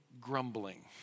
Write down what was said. grumbling